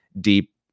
deep